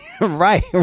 Right